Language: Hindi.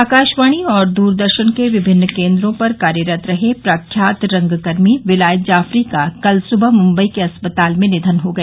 आकाशवाणी और दूरदर्शन के विभिन्न केन्द्रों पर कार्यरत रहे प्रख्यात रंगकर्मी विलायत जाफरी का कल सुबह मुंबई के अस्पताल में निधन हो गया